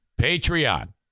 patreon